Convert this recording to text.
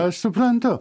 aš suprantu